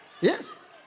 yes